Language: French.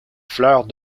fleurs